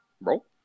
Bro